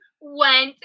went